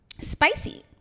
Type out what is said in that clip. Spicy